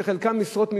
שחלקם משרות מיותרות,